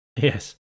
Yes